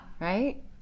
right